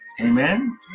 Amen